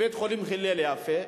כולל בדיקת רמת האיזון באשפוז,